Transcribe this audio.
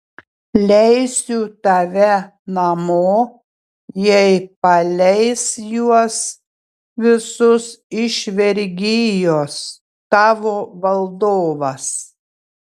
leisiu tave namo jei paleis juos visus iš vergijos tavo valdovas